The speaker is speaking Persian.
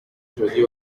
نژادی